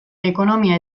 ekonomia